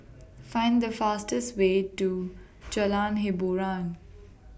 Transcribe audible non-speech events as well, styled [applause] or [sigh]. Find The fastest Way to [noise] Jalan Hiboran